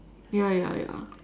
ya ya ya